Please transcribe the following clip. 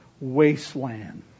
wasteland